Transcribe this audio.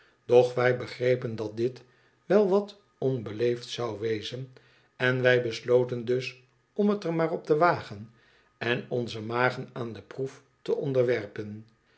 doch wij begrepen dat dit wel wat onbeleefd zou wezen en wij besloten dus om het er maar op te wagen en onze magen aan de proef te onderwerpen